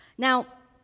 now,